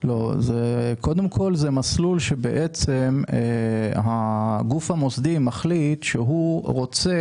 זה מסלול שבו הגוף המוסדי מחליט שהוא רוצה